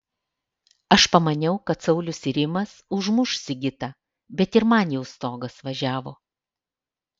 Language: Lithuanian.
aš pamaniau kad saulius ir rimas užmuš sigitą bet ir man jau stogas važiavo